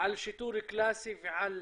על שיטור קלאסי ועל